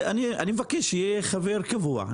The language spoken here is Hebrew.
אני מבקש שיהיה חבר קבוע.